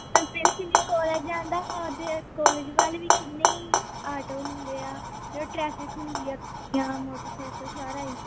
college ਜਾਂਦਾ ਹਾਂ ਅਤੇ ਕੋਲਜ ਵੱਲ ਵੀ ਕਿੰਨੇ ਹੀ ਆਟੋ ਹੁੰਦੇ ਆ ਜਾਂ ਟ੍ਰੈਫਿਕ ਹੁੰਦੀ ਆ ਜਾਂ ਮੋਟਰਸਾਈਕਲ ਸਾਰਾ ਹੀ